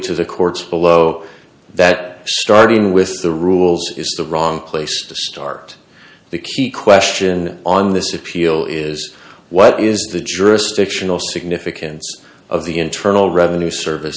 to the courts below that starting with the rules is the wrong place to start the key question on this appeal is what is the jurisdictional significance of the internal revenue service